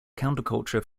counterculture